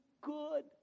good